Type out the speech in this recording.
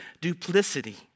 duplicity